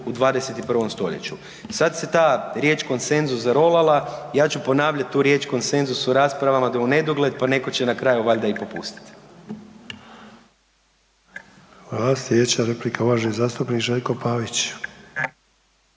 u 21. st. Sad se ta riječ konsenzus zarolala, ja ću ponavljati tu riječ konsenzus u raspravama u nedogled, pa netko će na kraju valjda i popustiti. **Sanader, Ante (HDZ)** Hvala. Sljedeća replika uvaženi zastupnik Željko Pavić.